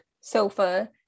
sofa